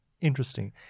interesting